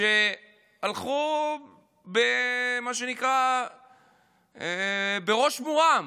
שרים שהלכו במה שנקרא ראש מורם.